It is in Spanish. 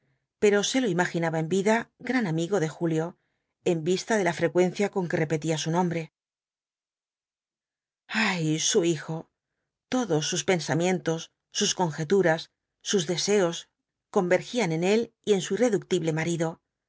pero se lo imaginaba en vida gran amigo de julio en vista de la frecuencia con que repetía su nombre ay su hijo todos sus pensamientos sus conjeturas sus deseos convergían en él y en su irreductible marido